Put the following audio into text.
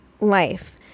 life